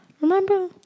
Remember